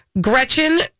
Gretchen